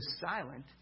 silent